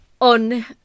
on